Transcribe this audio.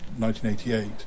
1988